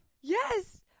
Yes